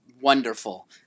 wonderful